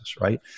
right